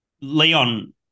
Leon